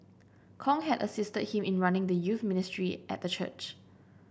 Kong had assisted him in running the youth ministry at the church